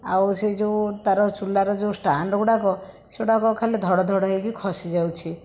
ଆଉ ସେ ଯେଉଁ ତାର ଚୁଲାରେ ଯେଉଁ ଷ୍ଟାଣ୍ଡ ଗୁଡ଼ାକ ସେଗୁଡ଼ାକ ଖାଲି ଧଡ଼ଧଡ଼ ହୋଇକି ଖସି ଯାଉଛି